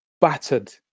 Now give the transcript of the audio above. battered